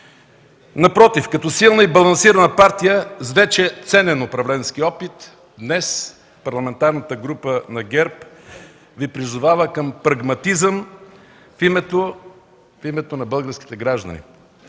Напротив, като силна и балансирана партия с вече ценен управленски опит, днес Парламентарната група на ГЕРБ Ви призовава към прагматизъм в името на българските граждани,